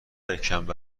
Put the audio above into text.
یکشنبه